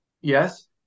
Yes